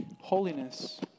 Holiness